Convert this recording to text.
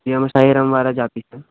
એ અમે સાઈરામ વાળા જ આપીએ છે